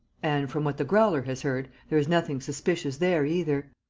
and, from what the growler has heard, there is nothing suspicious there either.